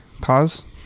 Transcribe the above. cause